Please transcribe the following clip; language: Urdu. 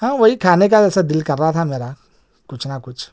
ہاں وہی کھانے کا جیسا دل کر رہا تھا میرا کچھ نہ کچھ